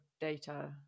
data